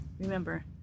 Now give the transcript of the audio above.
Remember